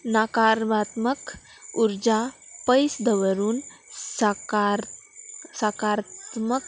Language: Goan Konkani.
नाकारात्मक उर्जा पयस धरून साकार साकार्मक